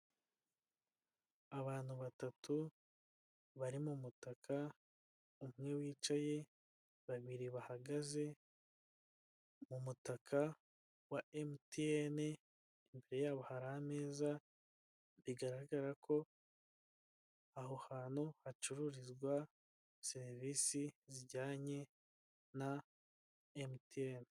Abantu batatu bari mu mutaka, umwe wicaye, babiri bahagaze, mu mutaka wa emutiyeni imbere yabo hari ameza, bigaragara ko aho hantu hacururizwa serivisi zijyanye na emutiyeni.